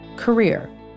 Career